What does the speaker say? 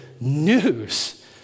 news